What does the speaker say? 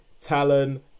Talon